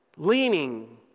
Leaning